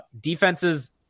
Defenses